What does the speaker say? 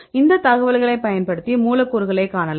இந்த தகவல்களை பயன்படுத்தி மூலக்கூறுகளை காணலாம்